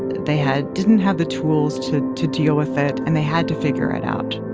they had didn't have the tools to to deal with it, and they had to figure it out.